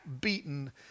beaten